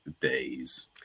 days